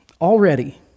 already